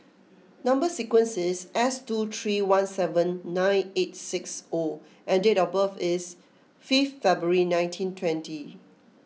number sequence is S two three one seven nine eight six O and date of birth is fifth February nineteen twenty